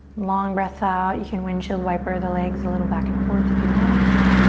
long breath out. you can windshield wiper the legs a little back and forth if you like.